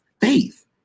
faith